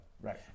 right